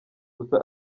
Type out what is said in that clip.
gusa